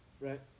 Right